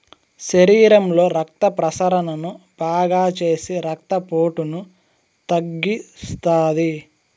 శరీరంలో రక్త ప్రసరణను బాగాచేసి రక్తపోటును తగ్గిత్తాది